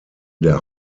der